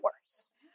worse